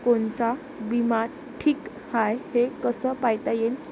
कोनचा बिमा ठीक हाय, हे कस पायता येईन?